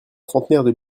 trentenaires